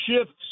shifts